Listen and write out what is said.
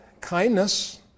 kindness